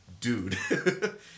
dude